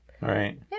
Right